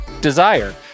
Desire